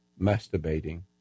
masturbating